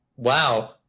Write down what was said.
wow